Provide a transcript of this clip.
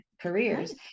careers